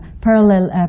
parallel